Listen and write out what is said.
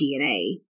DNA